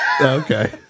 Okay